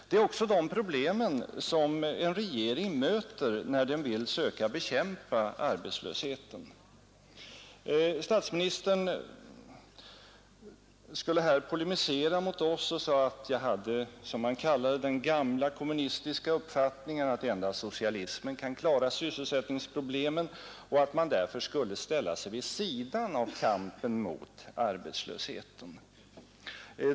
Det är också dessa problem en regering möter när den vill söka bekämpa arbetslöheten. Statsministern polemiserade här emot oss och sade att jag hade den, som han kallade det, gamla kommunistiska uppfattningen att endast socialismen kan klara sysselsättningsproblemen och att man därför skulle ställa sig vid sidan av kampen mot arbetslösheten.